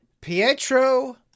Pietro